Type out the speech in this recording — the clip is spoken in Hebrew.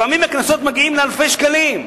לפעמים הקנסות מגיעים לאלפי שקלים.